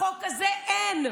בחוק הזה אין,